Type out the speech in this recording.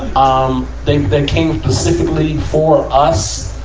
um they, they came specifically for us.